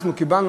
אנחנו קיבלנו,